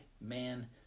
man